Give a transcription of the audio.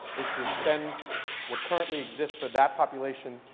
is to extend what currently exists for that population,